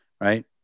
Right